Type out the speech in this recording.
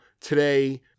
today